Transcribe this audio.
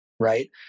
Right